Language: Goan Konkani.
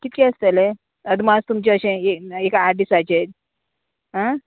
कितके आसतले अदमास तुमचे अशें एक आठ दिसाचेर आं